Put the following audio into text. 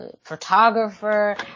photographer